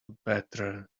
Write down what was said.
better